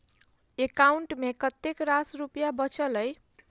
account मे कतेक रास रुपया बचल एई